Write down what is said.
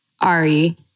Ari